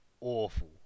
awful